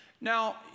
now